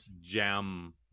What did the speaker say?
jam